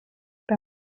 bei